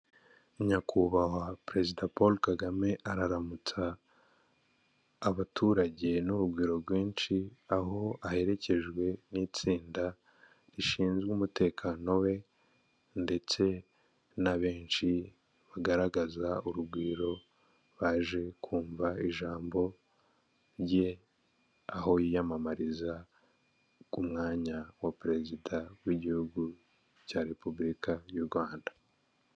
Nyakubahwa perezida Paul Kagame araramutsa abaturage n'urugwiro rwinshi, aho aherekejwe n'itsinda rishinzwe umutekano we ndetse na benshi bagaragaza urugwiro, baje kumva ijambo rye, aho yiyamamariza ku mwanya wa perezida w'igihugu cya Repubulika y'u Rwanda.